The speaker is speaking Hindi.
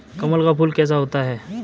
कमल का फूल कैसा होता है?